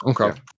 Okay